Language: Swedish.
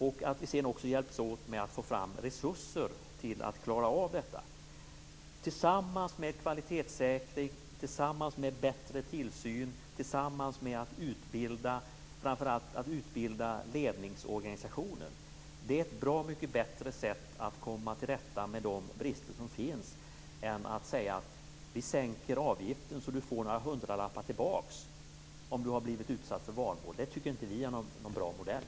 Sedan hjälps vi också åt med att få fram resurser till att klara av detta. Tillsammans med kvalitetssäkring, tillsammans med bättre tillsyn, tillsammans med att utbilda framför allt ledningsorganisationer är det ett bra mycket bättre sätt att komma till rätta med de brister som finns än att säga att vi sänker avgiften så att du får några hundralappar tillbaka om du har blivit utsatt för vanvård. Det tycker inte vi är någon bra modell.